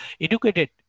educated